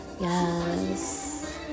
Yes